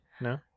No